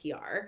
PR